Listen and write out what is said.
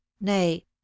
nay